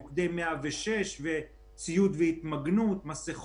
מגעים ישירים בין מודר יונס ועלאא גנטוס עם אריאל